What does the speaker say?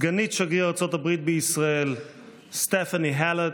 סגנית שגריר ארצות הברית בישראל סטפני האלט,